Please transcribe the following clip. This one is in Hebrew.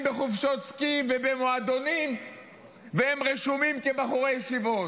בחופשות סקי ובמועדונים והם רשומים כבחורי ישיבות,